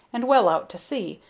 and well out to sea,